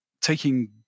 taking